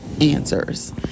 answers